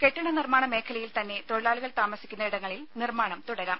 കെട്ടിട നിർമ്മാണ മേഖലയിൽ തന്നെ തൊഴിലാളികൾ താമസിക്കുന്ന ഇടങ്ങളിൽ നിർമ്മാണം തുടരാം